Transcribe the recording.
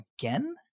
Again